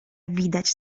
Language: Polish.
widać